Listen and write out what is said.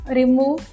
remove